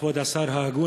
כבוד השר ההגון,